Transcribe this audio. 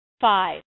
Five